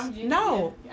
No